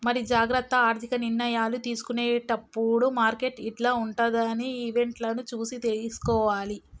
మరి జాగ్రత్త ఆర్థిక నిర్ణయాలు తీసుకునేటప్పుడు మార్కెట్ యిట్ల ఉంటదని ఈవెంట్లను చూసి తీసుకోవాలి